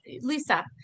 Lisa